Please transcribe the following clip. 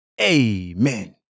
Amen